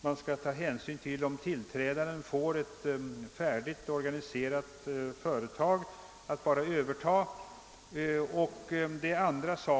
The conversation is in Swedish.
det gäller om tillträdaren får ett färdigt organiserat företag att bara överta och en del annat.